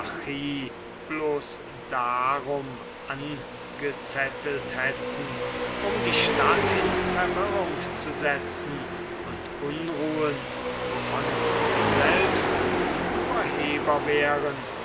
darum angezettelt hätten um die stadt in verwirrung zu setzen und die unruhen wovon sie selbst die urheber wären